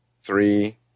three